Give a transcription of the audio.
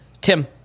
Tim